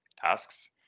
tasks